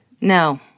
No